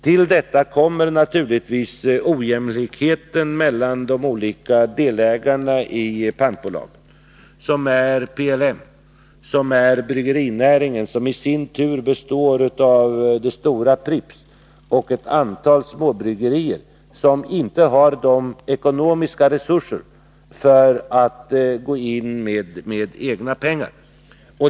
Till detta kommer naturligtvis ojämlikheten mellan de olika delägarna i pantbolaget. Två delägare är PLM och bryggerinäringen, som i sin tur består av det stora Pripps och ett antal småbryggerier, vilka inte har ekonomiska resurser för att gå in med egna pengar.